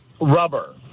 rubber